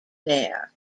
there